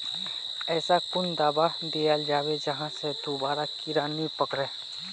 ऐसा कुन दाबा दियाल जाबे जहा से दोबारा कीड़ा नी पकड़े?